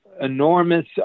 enormous